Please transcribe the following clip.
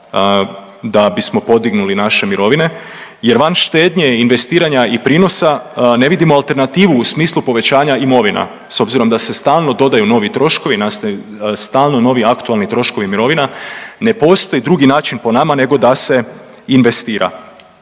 da bismo podignuli naše mirovine jer van štednje investiranja i prinosa ne vidimo alternativu u smislu povećanja imovina s obzirom da se stalno dodaju novi troškovi stalno novi aktualni troškovi mirovina, ne postoji drugi način po nama nego da se investira.